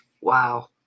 Wow